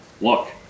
Look